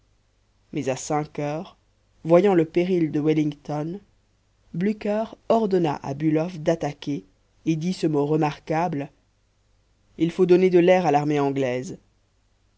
mais à cinq heures voyant le péril de wellington blücher ordonna à bülow d'attaquer et dit ce mot remarquable il faut donner de l'air à l'armée anglaise